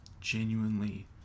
genuinely